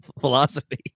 philosophy